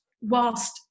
whilst